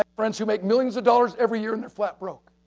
um friends who make millions of dollars every year and they're flat broke.